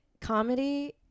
comedy